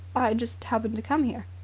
just happened to come here.